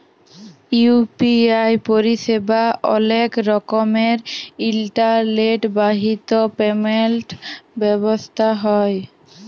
UPI পরিসেবা অলেক রকমের ইলটারলেট বাহিত পেমেল্ট ব্যবস্থা হ্যয়